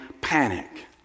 panic